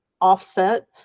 offset